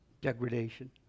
Degradation